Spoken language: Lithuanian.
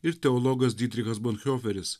ir teologas didrikas